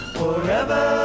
forever